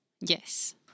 Yes